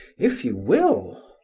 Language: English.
if you will.